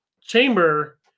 chamber